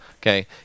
Okay